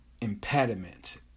impediments